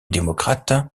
démocrate